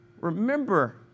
Remember